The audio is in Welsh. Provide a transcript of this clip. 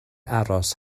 aros